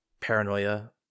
paranoia